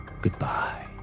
goodbye